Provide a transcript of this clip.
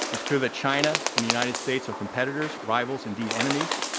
it's clear that china and the united states are competitors, rivals, indeed enemies.